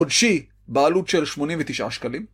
עוד שי, בעלות של שמונה ותשעה שקלים.